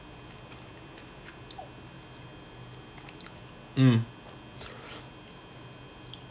mm